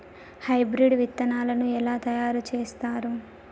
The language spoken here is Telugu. హైబ్రిడ్ విత్తనాలను ఎలా తయారు చేస్తారు?